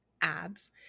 ads